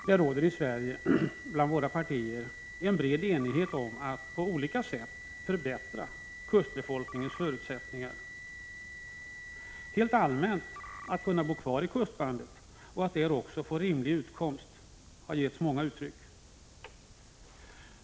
Det råder i Sverige bland våra partier bred enighet om att på olika sätt förbättra kustbefolkningens förutsättningar — helt allmänt för att man skall kunna bo kvar i kustbandet och att där också få rimlig utkomst.